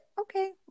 Okay